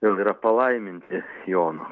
jau yra palaiminti jono